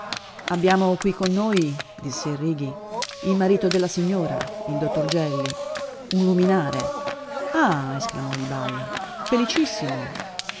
abbiamo qui con noi disse il righi il marito della signora il dottor gelli un luminare ah esclamò il balla felicissimo